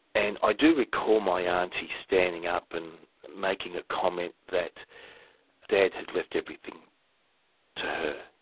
and i do recall my auntie standing up and making a comment that dad had left everything to her.